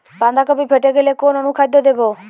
বাঁধাকপি ফেটে গেলে কোন অনুখাদ্য দেবো?